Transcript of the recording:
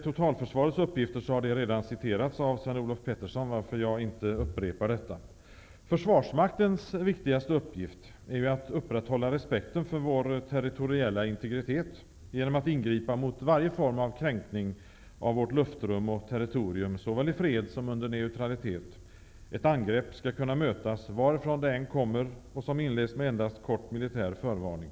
Totalförsvarets uppgifter har redan angetts av Sven-Olof Petersson, varför jag inte tänker upprepa dessa. Försvarsmaktens viktigaste uppgift är att upprätthålla respekten för vår territoriella integritet genom att ingripa mot varje form av kränkning av vårt luftrum och territorium såväl i fred som under neutralitet. Ett angrepp skall kunna mötas varifrån det än kommer och som inleds med endast kort militär förvarning.